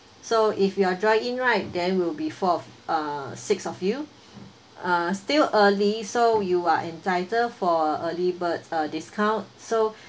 so if you are join in right then will be four of uh six of you uh still early so you are entitled for a early bird uh discount so